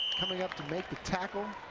coming up to make the tackle.